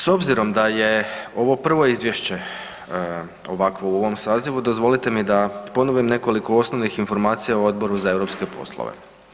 S obzirom da je ovo prvo izvješće ovakvo u ovom sazivu dozvolite mi da ponovim nekoliko osnovnih informacija o Odboru za europske poslove.